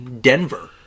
Denver